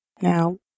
Now